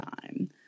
time